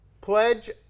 Pledge